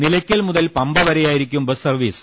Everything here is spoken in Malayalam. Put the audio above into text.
നിലയ്ക്കൽ മുതൽ പമ്പ വരെയായിരിക്കും ബസ് സർവ്വീസ്